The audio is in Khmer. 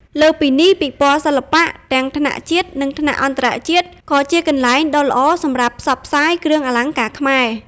លើសពីនេះ ពិព័រណ៍សិល្បៈ ទាំងថ្នាក់ជាតិ និងថ្នាក់អន្តរជាតិ ក៏ជាកន្លែងដ៏ល្អសម្រាប់ផ្សព្វផ្សាយគ្រឿងអលង្ការខ្មែរ។